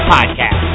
Podcast